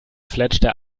fletschte